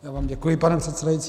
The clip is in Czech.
Já vám děkuji, pane předsedající.